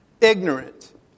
Ignorant